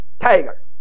tiger